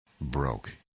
broke